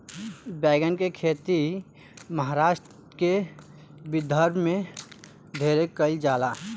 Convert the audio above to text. बैगन के खेती महाराष्ट्र के विदर्भ में ढेरे कईल जाला